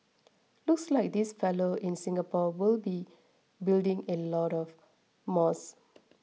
looks like this fellow in Singapore will be building a lot of